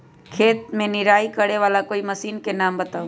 खेत मे निराई करे वाला कोई मशीन के नाम बताऊ?